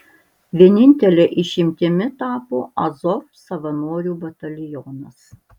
vienintele išimtimi tapo azov savanorių batalionas